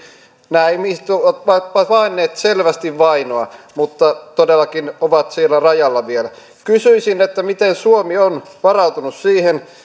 nämä ihmiset ovat paenneet selvästi vainoa mutta todellakin ovat siellä rajalla vielä kysyisin miten suomi on varautunut siihen